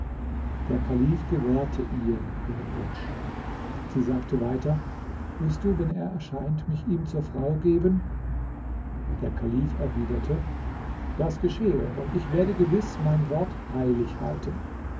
der kalif gewährte ihr ihren wunsch sie sagte weiter wirst du wenn er erscheint mich ihm zur frau geben der kalif erwiderte das geschehe und ich werde gewiß mein wort heilig halten